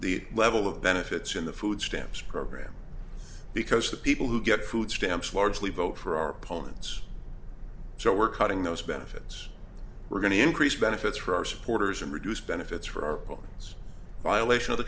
the level of benefits in the food stamps program because the people who get food stamps largely vote for our opponents so we're cutting those benefits we're going to increase benefits for our supporters and reduce benefits for its violation of the